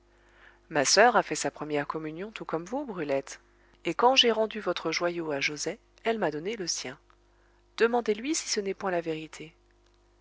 ma soeur a fait sa première communion tout comme vous brulette et quand j'ai rendu votre joyau à joset elle m'a donné le sien demandez-lui si ce n'est point la vérité